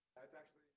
that's actually.